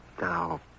Now